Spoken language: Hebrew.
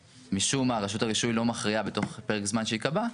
משום מה רשות הרישוי לא מכריעה בתוך פרק הזמן שייקבע,